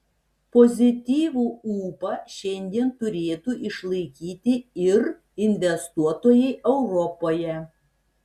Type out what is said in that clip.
pozityvų ūpą šiandien turėtų išlaikyti ir investuotojai europoje